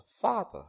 father